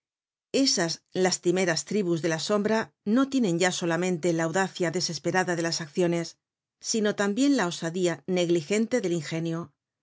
esas lastimeras tribus de la sombra no tienen ya solamente la audacia desesperada de las acciones sino tambien la osadía negligente del ingenio